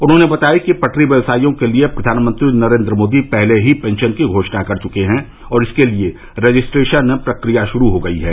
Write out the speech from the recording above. उन्होंने बताया कि पटरी व्यवसायियों के लिये प्रधानमंत्री नरेन्द्र मोदी पहले ही पेंशन की घोषणा कर चुके हैं और इसके लिये रजिस्ट्रेशन प्रक्रिया शुरू हो गई है